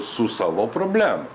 su savo problemom